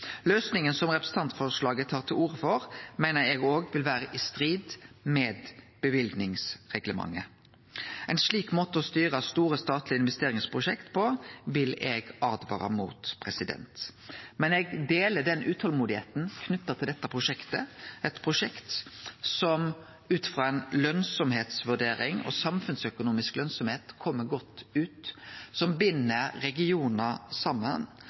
Løysinga som representantforslaget tar til orde for, meiner eg òg vil vere i strid med løyvingsreglementet. Ein slik måte å styre store statlege investeringsprosjekt på, vil eg åtvare mot. Men eg deler utolmodigheita knytt til dette prosjektet, eit prosjekt som ut frå ei vurdering av lønsemd og samfunnsøkonomisk lønsemd kjem godt ut, som bind regionar saman.